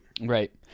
Right